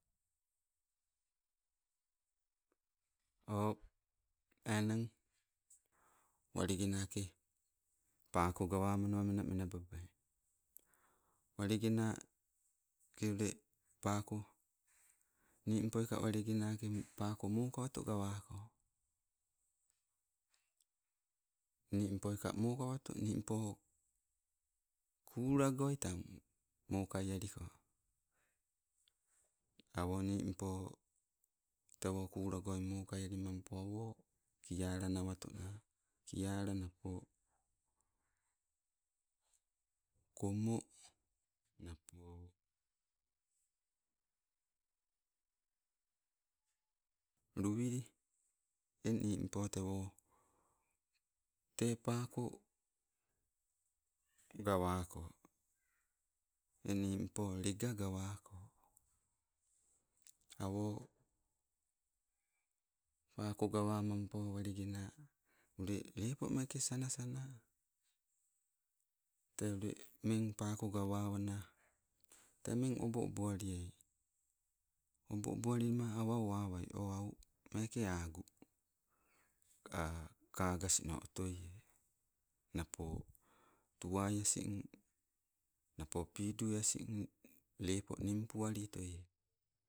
O enang walegenake pako gawamanawa menamena babai. Walegena ke ule pako nimpoika walegenake, pako mokawoto gawako, nimpoika mokawato nimpo kulagoi tang mokai aliko, awo nimmpo tewo kulagoi mokai alimampo awo kiala nawatona, kiala napo kommo, napo luwili eng nimpo tewo tee paako gawako, eng nimpo lega gawako awo pako gawa mampo walege naa ule lepo meeke sana sanaa. Te ule mmang pako gawawana temmen obo obo aliai, obo obo alima, awa owawai o au, meeke agu ka kagus no otoie napo tuwai asin napo pidue asin lepo ninpualitoie.